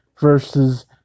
versus